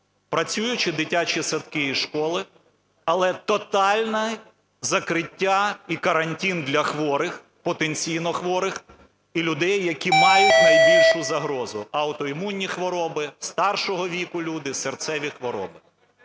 працюючі дитячі садки і школи, але тотальне закриття і карантин для хворих, потенційно хворих, і людей, які мають найбільшу загрозу, аутоімунні хвороби, старшого віку люди, серцеві хвороби.